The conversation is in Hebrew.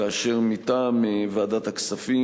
כאשר מטעם ועדת הכספים,